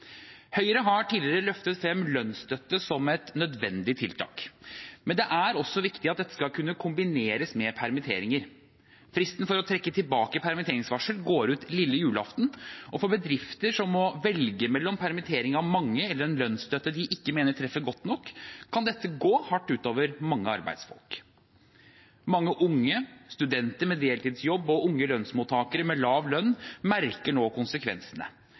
Høyre har tidligere løftet frem lønnsstøtte som et nødvendig tiltak, men det er viktig at dette skal kunne kombineres med permitteringer. Fristen for å trekke tilbake permitteringsvarsler går ut lille julaften, og for bedrifter som må velge mellom permittering av mange og en lønnsstøtte de mener ikke treffer godt nok, kan dette gå hardt ut over mange arbeidsfolk. Mange unge – studenter med deltidsjobb og unge lønnsmottakere med lav lønn – merker nå konsekvensene.